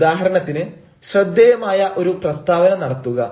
ഉദാഹരണത്തിന് ശ്രദ്ധേയമായ ഒരു പ്രസ്താവന നടത്തുക